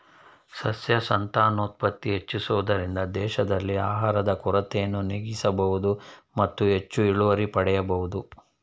ಸಸ್ಯ ಸಂತಾನೋತ್ಪತ್ತಿ ಹೆಚ್ಚಿಸುವುದರಿಂದ ದೇಶದಲ್ಲಿ ಆಹಾರದ ಕೊರತೆಯನ್ನು ನೀಗಿಸಬೋದು ಮತ್ತು ಹೆಚ್ಚು ಇಳುವರಿ ಪಡೆಯಬೋದು